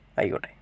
ആയിക്കോട്ടെ